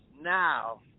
now